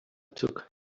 took